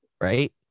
Right